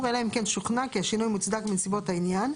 אלא אם כן שוכנע כי השינוי מוצדק בנסיבות העניין.